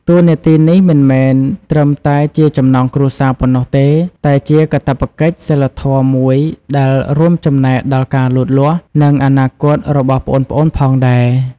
តួនាទីនេះមិនមែនត្រឹមតែជាចំណងគ្រួសារប៉ុណ្ណោះទេ តែជាកាតព្វកិច្ចសីលធម៌មួយដែលរួមចំណែកដល់ការលូតលាស់ និងអនាគតរបស់ប្អូនៗផងដែរ ។